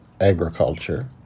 agriculture